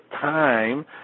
time